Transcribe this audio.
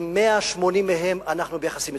עם 180 מהן אנחנו ביחסים מצוינים.